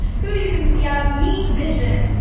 who you can see ah has meat vision.